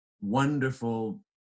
wonderful